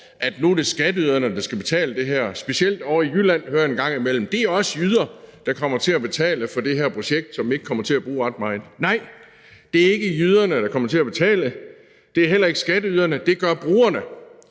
at nu er det skatteyderne, der skal betale det her; specielt ovre i Jylland hører jeg en gang imellem, at det også er jyder, der kommer til at betale for det her projekt, som de ikke kommer til at bruge ret meget – at nej, det er ikke jyderne, der kommer til at betale. Det er heller ikke skatteyderne. Det gør brugerne.